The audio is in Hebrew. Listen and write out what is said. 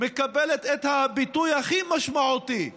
מקבלת את הביטוי הכי משמעותי בשפה.